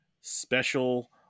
special